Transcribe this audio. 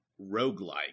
roguelike